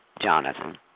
Jonathan